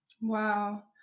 Wow